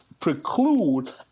preclude